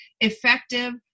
effective